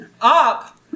Up